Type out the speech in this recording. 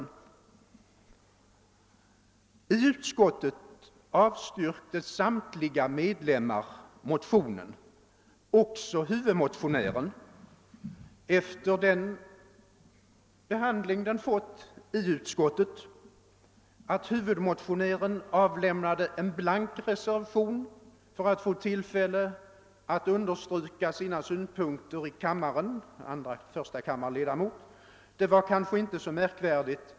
I utskottet avstyrktes motionen av samtliga ledamöter — också av huvudmotionären — efter den behandling den fått där. Att huvudmotionären avlämnade en blank reservation för att få tillfälle att understryka sina synpunkter i kammaren — det var en förstakammarledamot — var kanske inte så märkligt.